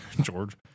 George